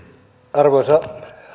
arvoisa